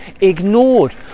ignored